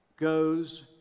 goes